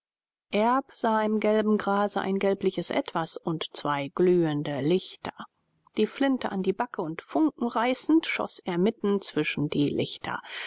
sah im gelben grase ein gelbliches etwas und zwei glühende lichter die flinte an die backe und funken reißend schoß er mitten zwischen die lichter